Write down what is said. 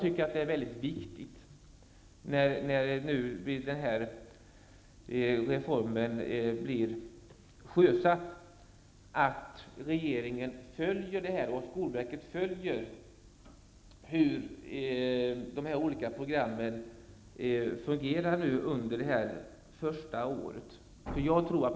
När reformen blir sjösatt tycker jag att det är viktigt att regeringen och skolverket följer hur de olika programmen fungerar under det första året.